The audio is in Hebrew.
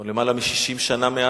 אנחנו למעלה מ-60 שנה מאז,